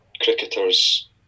cricketers